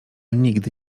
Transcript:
nigdy